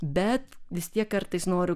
bet vis tiek kartais noriu